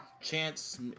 Chance